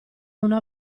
una